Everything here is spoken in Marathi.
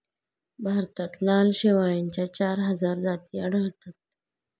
भारतात लाल शेवाळाच्या चार हजार जाती आढळतात